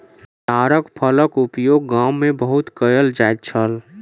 ताड़ फलक उपयोग गाम में बहुत कयल जाइत छल